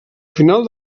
final